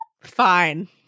Fine